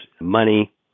money